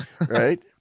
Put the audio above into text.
right